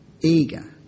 eager